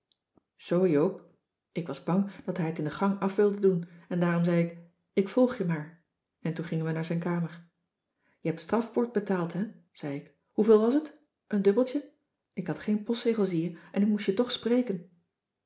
zoo joop ik was bang dat hij het in de gang af wilde doen en daarom zei ik ik volg je maar en toen gingen we naar zijn kamer je hebt strafport betaald hè zei ik hoeveel was t een dubbeltje ik had geen postzegel zie je en ik moest je toch spreken